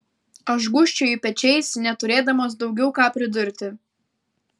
aš gūžčioju pečiais neturėdamas daugiau ką pridurti